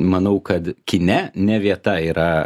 manau kad kine ne vieta yra